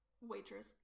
waitress